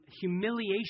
humiliation